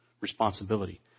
responsibility